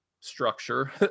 structure